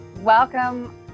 Welcome